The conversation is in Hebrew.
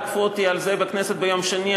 תקפו אותי על זה בכנסת ביום שני,